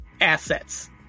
assets